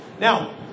Now